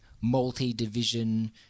multi-division